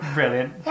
Brilliant